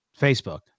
facebook